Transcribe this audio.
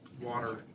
water